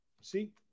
See